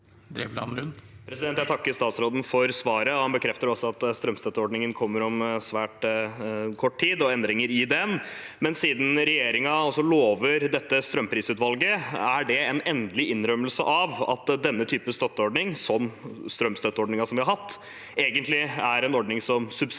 Jeg takker statsråden for svaret. Han bekrefter også at strømstøtteordningen, og endringer i den, kommer om svært kort tid. Siden regjeringen lover dette strømprisutvalget – er det en endelig innrømmelse av at denne typen støtteordning, den strømstøtteordningen vi har hatt, egentlig er en ordning som først